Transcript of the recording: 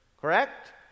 Correct